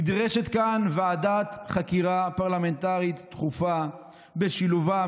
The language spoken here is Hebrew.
נדרשת כאן ועדת חקירה פרלמנטרית דחופה בשילובם